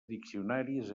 diccionaris